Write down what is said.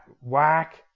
whack